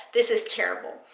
this is terrible.